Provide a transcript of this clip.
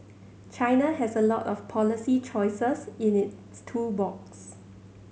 China has a lot of policy choices in its tool box